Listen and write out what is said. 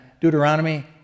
Deuteronomy